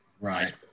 right